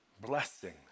blessing